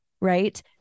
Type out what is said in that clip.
right